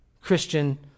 Christian